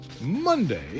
Monday